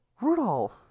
Rudolph